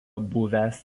buvęs